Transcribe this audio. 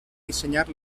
dissenyar